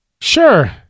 sure